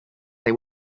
they